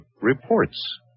reports